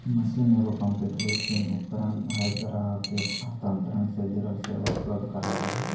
machine एगो कंप्यूटरीकृत उपकरण हइ ग्राहक के हस्तांतरण से जुड़ल सेवा उपलब्ध कराबा हइ